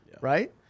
Right